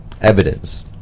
evidence